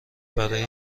برای